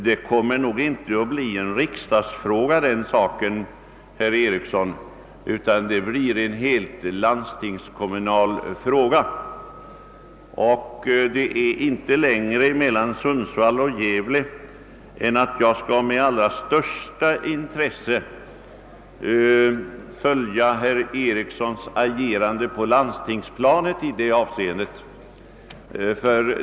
Den saken kommer nog inte att bli en riksdagsfråga, herr Eriksson, utan en rent landstingskommunal angelägenhet. Och det är inte längre mellan Sundsvall och Gävle än att jag med allra största intresse kommer att följa herr Erikssons agerande på landstingsplanet i detta avseende.